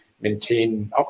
maintain